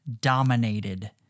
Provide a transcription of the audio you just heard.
dominated